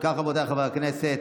אם כך, רבותיי חברי הכנסת,